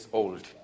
old